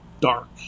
dark